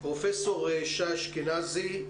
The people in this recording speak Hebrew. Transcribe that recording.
פרופ' שי אשכנזי,